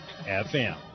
FM